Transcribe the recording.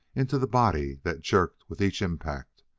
into the body that jerked with each impact,